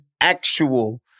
actual